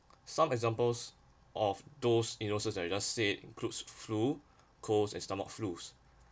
some examples of those illnesses that you just said includes flu colds and stomach flus